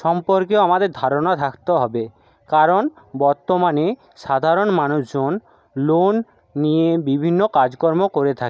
সম্পর্কেও আমাদের ধারণা থাকতে হবে কারণ বর্তমানে সাধারণ মানুষজন লোন নিয়ে বিভিন্ন কাজকর্ম করে থাকে